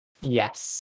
Yes